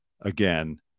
again